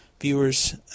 viewers